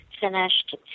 finished